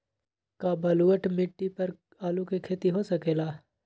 का बलूअट मिट्टी पर आलू के खेती हो सकेला?